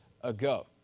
ago